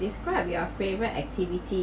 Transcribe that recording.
describe your favorite activity